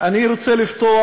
אני רוצה לפתוח